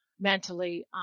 mentally